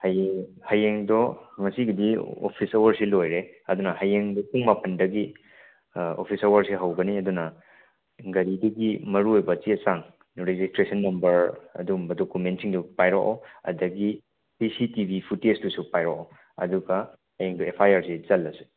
ꯍꯌꯦꯡ ꯍꯌꯦꯡꯗꯣ ꯉꯁꯤꯒꯤꯗꯤ ꯑꯣꯐꯤꯁ ꯑꯥꯎꯋꯥꯔꯁꯤ ꯂꯣꯏꯔꯦ ꯑꯗꯨꯅ ꯍꯌꯦꯡꯗꯨ ꯄꯨꯡ ꯃꯥꯄꯜꯗꯒꯤ ꯑꯣꯐꯤꯁ ꯑꯥꯎꯋꯥꯔꯁꯤ ꯍꯧꯗ ꯑꯗꯨꯒ ꯃꯔꯨ ꯑꯣꯏꯕꯆꯦ ꯆꯥꯡ ꯔꯤꯖꯤꯁꯇ꯭ꯔꯦꯁꯟ ꯅꯝꯕꯔ ꯑꯗꯨꯒꯨꯝꯕ ꯗꯣꯀꯨꯃꯦꯟꯁꯤꯡꯗ ꯄꯥꯏꯔꯛꯑꯣ ꯑꯗꯒꯤ ꯁꯤ ꯁꯤ ꯇꯤ ꯚꯤ ꯐꯨꯠꯇꯦꯁꯇꯨꯁꯨ ꯄꯥꯏꯔꯛꯑꯣ ꯑꯗꯨꯒ ꯍꯌꯦꯡꯗꯨ ꯑꯦꯐ ꯑꯥꯏ ꯑꯥꯔꯁꯤ ꯆꯜꯂꯁꯤ